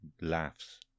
laughs